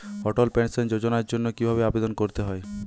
অটল pension যোজনার জন্য কি ভাবে আবেদন করতে হয়?